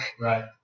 Right